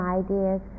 ideas